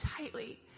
tightly